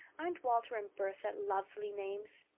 aren't walter and bertha lovely names?